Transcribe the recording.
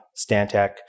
Stantec